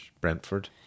Brentford